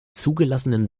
zugelassenen